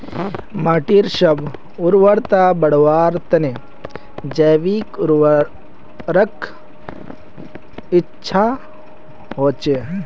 माटीर स्व उर्वरता बढ़वार तने जैविक उर्वरक अच्छा होचे